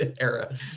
era